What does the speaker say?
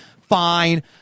Fine